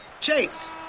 Chase